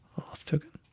auth token.